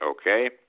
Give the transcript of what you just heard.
okay